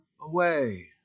away